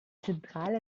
zentrale